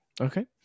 okay